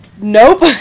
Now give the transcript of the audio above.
nope